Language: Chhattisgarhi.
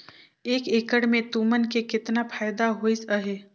एक एकड़ मे तुमन के केतना फायदा होइस अहे